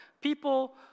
people